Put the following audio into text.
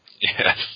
Yes